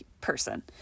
person